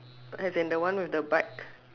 as in the one with the bike